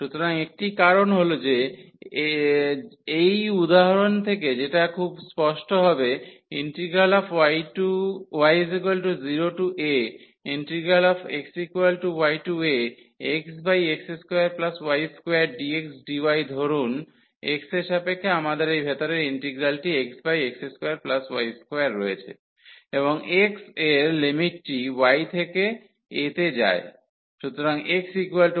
সুতরাং একটি কারণ হল যেটা এই উদাহরণ থেকে খুব স্পষ্ট হবে y0axyaxx2y2dxdy ধরুন x এর সাপেক্ষে আমাদের এই ভেতরের ইন্টিগ্রালটি xx2y2 রয়েছে এবং x এর লিমিটটি y থেকে a তে যায়